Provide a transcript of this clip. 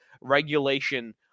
regulation